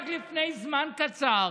רק לפני זמן קצר